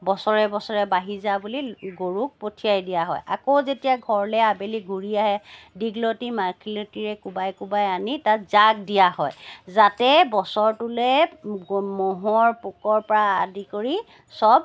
বছৰে বছৰে বাঢ়ি যা বুলি গৰুক পঠিয়াই দিয়া হয় আকৌ যেতিয়া ঘৰলৈ আবেলি ঘূৰি আহে দীঘলতী মাখিয়তীৰে কোবাই কোবাই আনি তাত জাগ দিয়া হয় যাতে বছৰটোলৈ মহৰ পোকৰ পৰা আদি কৰি চব